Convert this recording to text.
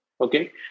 okay